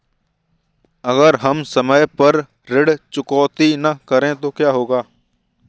अगर हम समय पर ऋण चुकौती न करें तो क्या होगा?